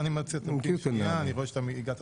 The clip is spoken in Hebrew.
תמתין שנייה, אני רואה שהגעת